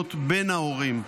המזונות בין ההורים,